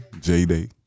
J-Day